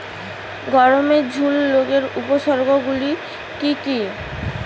গমের ঝুল রোগের উপসর্গগুলি কী কী?